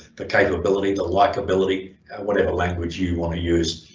the capability, the likability whatever language you want to use